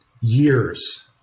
years